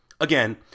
Again